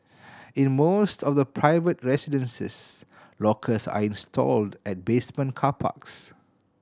in most of the private residences lockers are installed at basement car parks